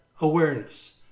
awareness